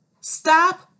Stop